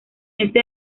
este